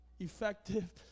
Effective